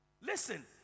Listen